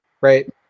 right